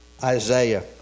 Isaiah